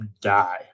die